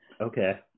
okay